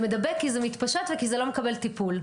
זה מדבק כי זה מתפשט וזה לא מקבל טיפול.